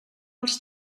els